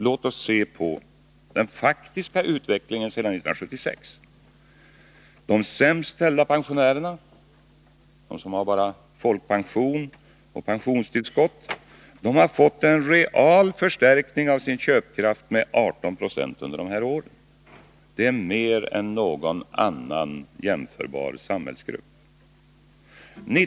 Låt oss se på den faktiska utvecklingen sedan 1976. De sämst ställda pensionärerna, som har bara folkpension och pensionstillskott, har fått en real förstärkning av sin köpkraft med 18 26 under de här åren. Det är mera än någon annan jämförbar samhällsgrupp har fått.